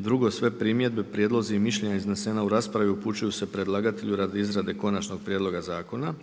1. Sve primjedbe prijedlozi i mišljenja iznesena u raspravi upućuju se predlagatelju radi izrade konačnog prijedloga zakona.